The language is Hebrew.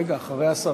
רגע, אחרי השרה,